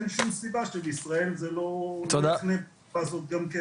אין שום סיבה שבישראל זה לא יתקיים גם כן.